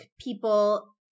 people